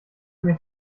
mich